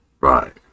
Right